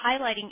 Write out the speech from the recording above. highlighting